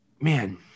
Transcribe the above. man